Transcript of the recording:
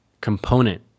component